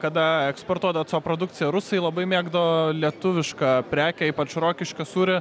kada eksportuodavot savo produkciją rusai labai mėgdavo lietuvišką prekę ypač rokiškio sūrį